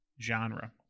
genre